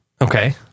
Okay